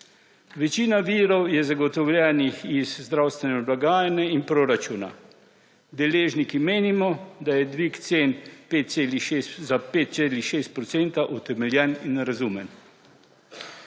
Večina virov je zagotovljenih iz zdravstvene blagajne in proračuna. Deležniki menimo, da je dvig cen za 5,6 % utemeljen in razumen«.